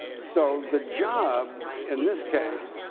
so the job, in this case,